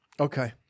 Okay